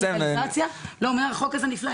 הוא אומר החוק נפלא,